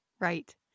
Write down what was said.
Right